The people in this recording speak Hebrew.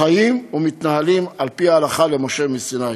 חיים ומתנהלים על-פי ההלכה למשה מסיני.